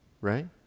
right